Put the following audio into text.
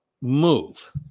move